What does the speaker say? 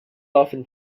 often